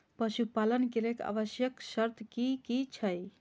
पशु पालन के लेल आवश्यक शर्त की की छै?